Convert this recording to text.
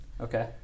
Okay